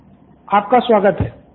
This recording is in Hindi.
स्टूडेंट ४ आपका स्वागत है